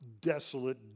desolate